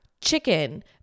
chicken